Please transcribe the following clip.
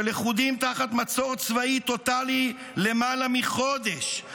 שלכודים תחת מצור צבאי טוטלי למעלה מחודש.